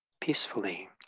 peacefully